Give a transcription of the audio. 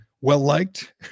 well-liked